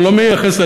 לא מייחס,